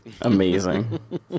Amazing